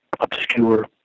obscure